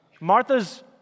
Martha's